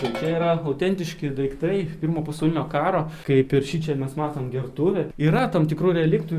tokie yra autentiški daiktai pirmo pasaulinio karo kaip ir šičia mes matom gertuvę yra tam tikrų reliktų